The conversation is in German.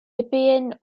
libyen